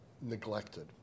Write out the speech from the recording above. neglected